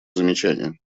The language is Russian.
замечания